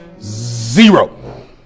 Zero